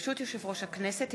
ברשות יושב-ראש הכנסת,